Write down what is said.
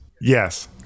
yes